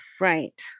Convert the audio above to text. Right